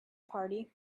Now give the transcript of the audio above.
party